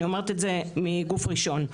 אני אומרת את מגוף ראשון,